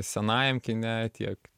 senajam kine tiek